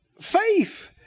faith